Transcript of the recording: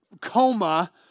coma